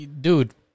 dude